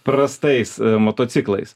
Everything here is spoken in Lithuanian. prastais motociklais